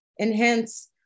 enhance